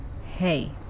hey